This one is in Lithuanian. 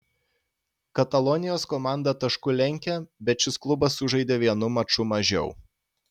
katalonijos komanda tašku lenkia bet šis klubas sužaidė vienu maču mažiau